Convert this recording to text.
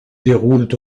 déroulent